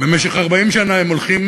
במשך 40 שנה הם הולכים